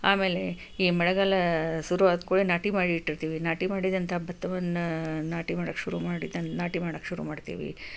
ಆಮೇಲೆ ಈ ಮಳೆಗಾಲ ಶುರು ಆದ ಕೂಡಲೇ ನಾಟಿ ಮಾಡಿಟ್ಟಿರ್ತೀವಿ ನಾಟಿ ಮಾಡಿದಂಥ ಭತ್ತವನ್ನು ನಾಟಿ ಮಾಡಕ್ಕೆ ಶುರು ಮಾಡಿದನ್ನ ನಾಟಿ ಮಾಡಕ್ಕೆ ಶುರು ಮಾಡ್ತೀವಿ